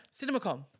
CinemaCon